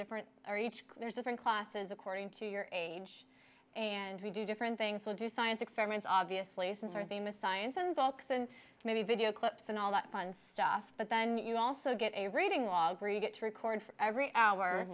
different or each there's different classes according to your age and we do different things we'll do science experiments obviously since our theme is science invokes and maybe video clips and all that fun stuff but then you also get a reading log where you get to record for every hour